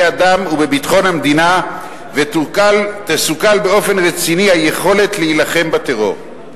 אדם ובביטחון המדינה ותסוכל באופן רציני היכולת להילחם בטרור.